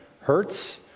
hurts